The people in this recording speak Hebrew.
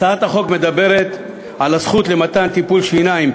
הצעת החוק מדברת על הזכות לטיפול שיניים,